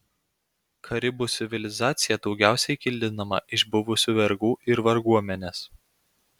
karibų civilizacija daugiausiai kildinama iš buvusių vergų ir varguomenės